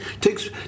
takes